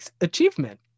achievement